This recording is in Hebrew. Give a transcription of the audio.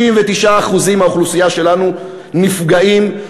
99% מהאוכלוסייה שלנו נפגעים,